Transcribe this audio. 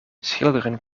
schilderen